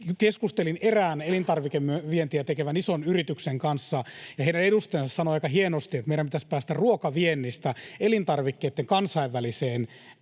Keskustelin erään elintarvikevientiä tekevän ison yrityksen kanssa, ja heidän edustajansa sanoi aika hienosti, että meidän pitäisi päästä ruokaviennistä elintarvikkeitten kansainväliseen